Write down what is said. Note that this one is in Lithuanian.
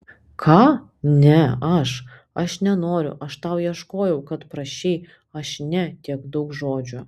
ką ne aš aš nenoriu aš tau ieškojau kad prašei aš ne tiek daug žodžių